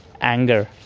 anger